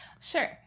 Sure